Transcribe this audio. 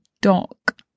dock